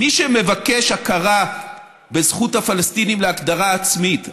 מי שמבקש הכרה בזכות הפלסטינים להגדרה עצמית,